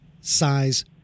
size